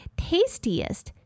tastiest